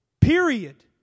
Period